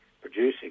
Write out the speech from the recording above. producing